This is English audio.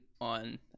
on